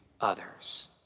others